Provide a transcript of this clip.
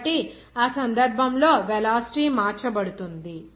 కాబట్టి ఆ సందర్భంలో వెలాసిటీ మార్చబడుతుంది